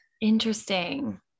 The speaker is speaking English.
Interesting